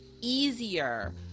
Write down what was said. easier